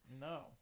No